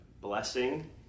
blessing